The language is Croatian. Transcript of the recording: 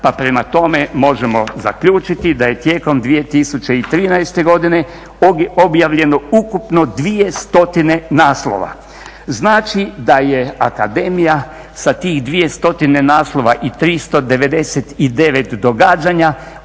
pa prema tome možemo zaključiti da je tijekom 2013. godine objavljeno ukupno 200 naslova. Znači da je akademija sa tih 200 naslova i 399 događanja ukupno